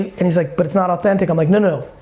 and he's like, but it's not authentic. i'm like, no,